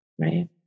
Right